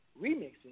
remixing